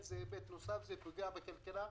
זה היבט נוסף, זה פוגע בכלכלה,